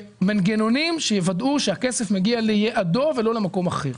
אבל במנגנונים שיוודאו שהכסף מגיע ליעדו ולא למקום אחר.